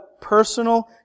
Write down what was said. personal